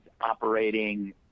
operating